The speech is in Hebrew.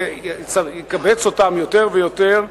זה יקבץ אותם יותר ויותר.